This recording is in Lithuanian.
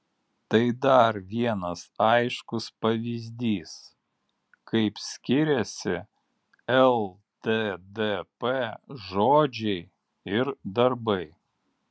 tai dar vienas aiškus pavyzdys kaip skiriasi lddp žodžiai ir darbai